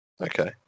Okay